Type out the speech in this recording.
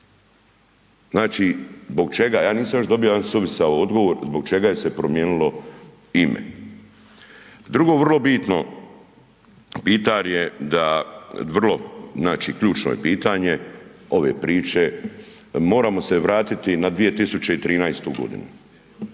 Znači, zbog čega? Ja nisam još dobio jedan suvisao odgovor zbog čega je se promijenilo ime. Drugo, vrlo bitno pitanje da vrlo, znači ključno je pitanje ove priče, moramo se vratiti na 2013. godinu.